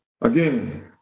Again